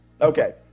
okay